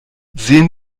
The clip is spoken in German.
sehen